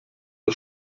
der